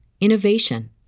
innovation